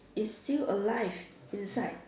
is still alive inside